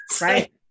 Right